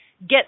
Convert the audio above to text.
get